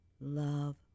love